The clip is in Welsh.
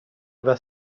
efo